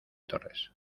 torres